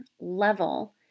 level